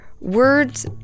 words